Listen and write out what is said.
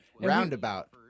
Roundabout